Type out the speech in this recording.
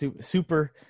Super